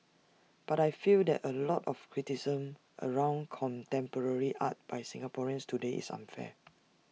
but I feel that A lot of the criticism around contemporary art by Singaporeans today is unfair